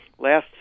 Last